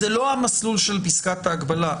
זה לא המסלול של פסקת ההגבלה.